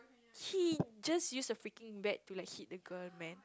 he just use the freaking bat to like hit the girl man